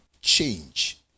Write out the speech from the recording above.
change